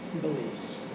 beliefs